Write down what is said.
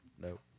Nope